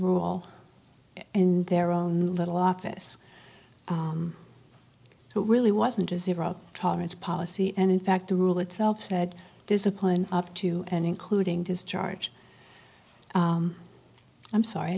rule and their own little office who really wasn't a zero tolerance policy and in fact the rule itself said discipline up to and including discharge i'm sorry i